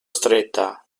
stretta